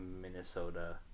Minnesota